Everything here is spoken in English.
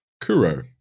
Kuro